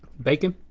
bacon.